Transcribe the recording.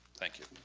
thank you.